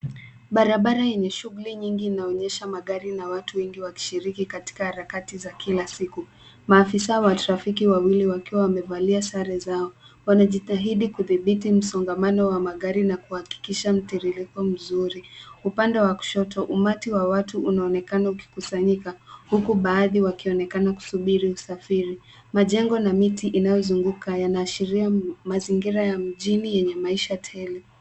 Barabara yenye shughuli nyingi inaonyesha magari na watu wengi wakishiriki katika harakati za kila siku. Maafisa wa trafiki wawili wakiwa wamevalia sare zao, wanajitahidi kudhibiti msongamano wa magari na kuhakikisha mtiririko mzuri. Upande wa kushoto, ummati wa watu unaonekana ukikusanyika huku baadhi wakionekana wakisubiri usafiri. Majengo na miti inayozunguka yanaashiria mazingira ya mjini yenye maisha tele.